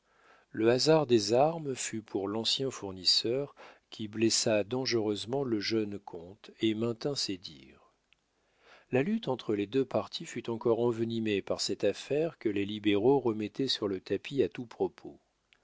le hasard des armes fut pour l'ancien fournisseur qui blessa dangereusement le jeune comte et maintint ses dires la lutte entre les deux partis fut encore envenimée par cette affaire que les libéraux remettaient sur le tapis à tout propos